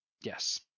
Yes